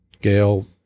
Gail